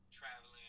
traveling